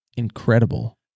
Incredible